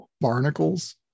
barnacles